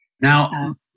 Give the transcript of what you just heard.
Now